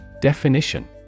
Definition